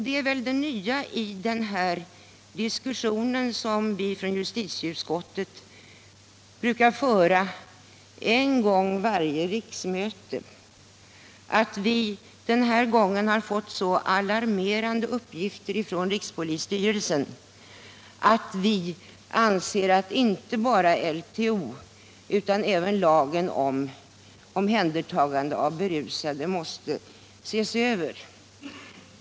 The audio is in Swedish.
Det är väl det nya i den här diskussionen, som vi från justitieutskottet brukar föra en gång varje riksmöte, att vi den här gången fått så alarmerande uppgifter från rikspolisstyrelsen att vi anser att inte bara LTO, utan även lagen om omhändertagande av berusade — LOB —- måste ses över.